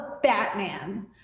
Batman